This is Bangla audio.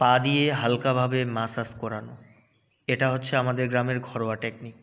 পা দিয়ে হালকাভাবে ম্যাসাজ করানো এটা হচ্ছে আমাদের গ্রামের ঘরোয়া টেকনিক